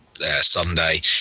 Sunday